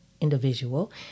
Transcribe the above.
individual